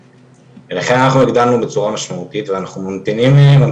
לכן אנחנו הגדלנו בצורה משמעותית ואנחנו מתחילים